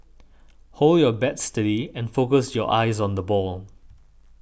hold your bats steady and focus your eyes on the ball